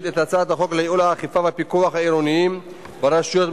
חבר הכנסת אמנון כהן, בבקשה.